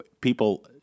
people